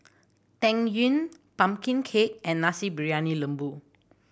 Tang Yuen pumpkin cake and Nasi Briyani Lembu